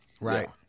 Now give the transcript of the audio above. Right